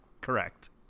Correct